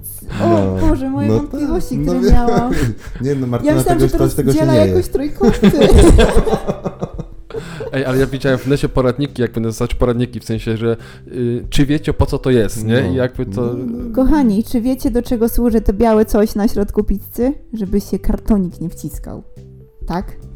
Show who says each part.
Speaker 1: O,
Speaker 2: No.
Speaker 1: Boże, moje
Speaker 2: No
Speaker 1: wątpliwości,
Speaker 2: tak, no
Speaker 1: które
Speaker 2: wi-
Speaker 1: miałam.
Speaker 2: Nie, no,
Speaker 1: Ja
Speaker 2: Martyna,
Speaker 1: myślałam,
Speaker 2: tego
Speaker 1: że
Speaker 2: już
Speaker 1: to
Speaker 2: to- tego się
Speaker 1: rozdziela
Speaker 2: nie je.
Speaker 1: jakoś trójkąty.
Speaker 3: Ej, ale ja widziałem w necie poradniki, jakby nazywać poradniki, w sensie, że, y, czy wiecie, po co to jest, nie? I
Speaker 2: No.
Speaker 3: jakby to-
Speaker 2: No, no, no.
Speaker 1: Kochani, czy wiecie, do czego służy to białe coś na środku pizzy? Żeby się kartonik nie wciskał. Tak?